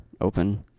open